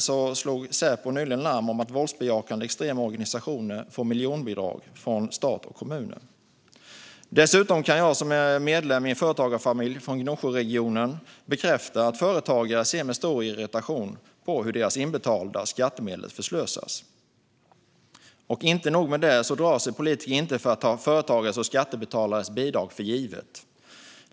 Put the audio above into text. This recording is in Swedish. Säpo slog nyligen larm om att våldsbejakande extrema organisationer får miljonbidrag från stat och kommuner. Dessutom kan jag som medlem i en företagarfamilj från Gnosjöregionen bekräfta att företagare ser med stor irritation på hur deras inbetalda skattemedel förslösas. Och som om det inte var nog med det drar sig politiker inte för att ta företagares och andra skattebetalares bidrag för givet.